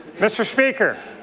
mr. speaker,